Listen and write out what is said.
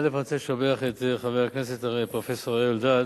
אני רוצה לשבח את חבר הכנסת הפרופסור אריה אלדד,